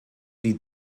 die